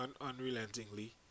unrelentingly